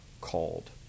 called